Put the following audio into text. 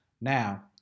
Now